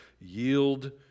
yield